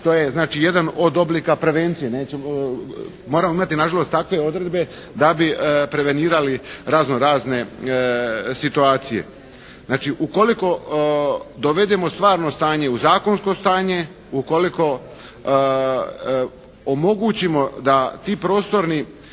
znači jedan od oblika prevencije. Moramo imati nažalost takve odredbe da bi prevenirali razno razne situacije. Znači ukoliko dovedemo stvarno stanje u zakonsko stanje. Ukoliko omogućimo da ti prostorni